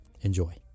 Enjoy